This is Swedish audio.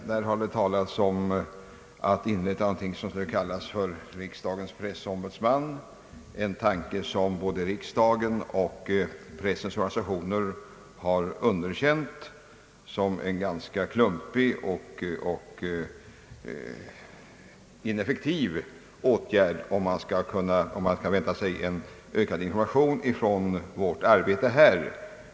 I tidigare motioner har talats om att det skulle inrättas någonting som skulle kallas för riksdagens pressombudsman — en tanke som både riksdagen och pressens organisationer har underkänt såsom en ganska klumpig och ineffektiv åtgärd, om man skall förvänta sig en ökad information om vårt arbete här i riksdagen.